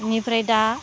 बिनिफ्राय दा